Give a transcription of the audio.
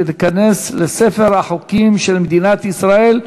והיא תיכנס לספר החוקים של מדינת ישראל.